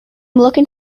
looking